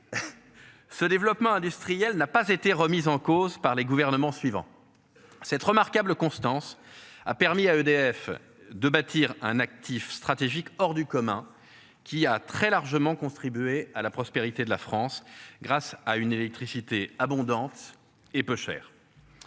Ce développement industriel n'a pas été remises en cause par les gouvernements suivants. Cette remarquable constance a permis à EDF de bâtir un actif stratégique hors du commun qui a très largement contribué à la prospérité de la France grâce à une électricité abondante et peuchère.